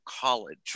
college